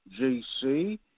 GC